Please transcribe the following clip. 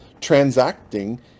transacting